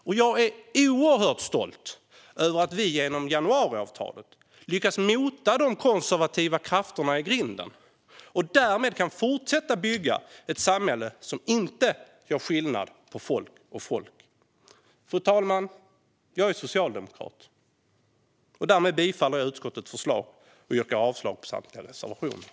Och jag är oerhört stolt över att vi genom januariavtalet har lyckats mota de konservativa krafterna i grind och att vi därmed kan fortsätta att bygga ett samhälle som inte gör skillnad på folk och folk. Fru talman! Jag är socialdemokrat. Därmed yrkar jag bifall till utskottets förslag och avslag på samtliga reservationer.